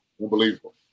unbelievable